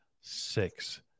six